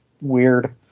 weird